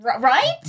Right